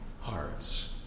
heart's